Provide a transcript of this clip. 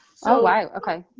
oh wow, ok.